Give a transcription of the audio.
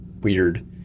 weird